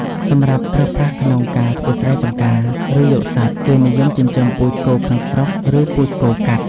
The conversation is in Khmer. សម្រាប់ប្រើប្រាស់ក្នុងការធ្វើស្រែចំការ ឬយកសាច់ គេនិយមចិញ្ចឹមពូជគោក្នុងស្រុក ឬពូជគោកាត់។